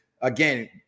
again